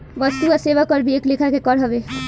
वस्तु आ सेवा कर भी एक लेखा के कर हवे